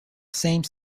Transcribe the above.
same